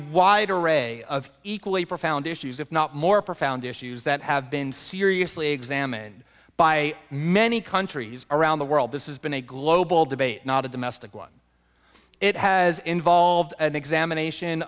wide array of equally profound issues if not more profound issues that have been seriously examined by many countries around the world this is been a global debate not a domestic one it has involved an examination